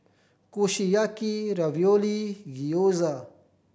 Kushiyaki Ravioli and Gyoza